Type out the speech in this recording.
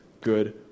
good